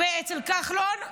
אצל כחלון,